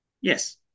Yes